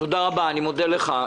תודה רבה, אני מודה לך.